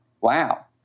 Wow